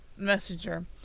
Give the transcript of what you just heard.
messenger